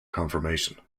confirmation